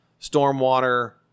stormwater